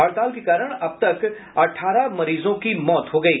हड़ताल के कारण अब तक अठारह मरीजों की मौत हो गयी